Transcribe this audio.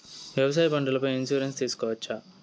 వ్యవసాయ పంటల పై ఇన్సూరెన్సు తీసుకోవచ్చా?